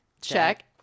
check